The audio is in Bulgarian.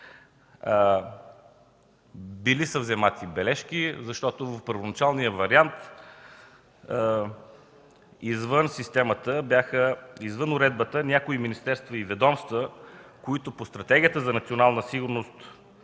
Взети са предвид бележките, защото в първоначалния вариант извън системата, извън уредбата бяха някои министерства и ведомства, които според Стратегията за национална сигурност